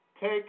take